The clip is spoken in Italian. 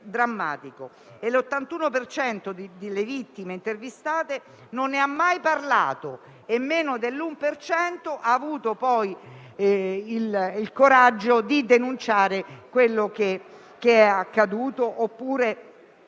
cento delle vittime intervistate non ne ha mai parlato e meno dell'1 per cento ha avuto poi il coraggio di denunciare quello che è accaduto oppure